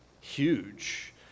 huge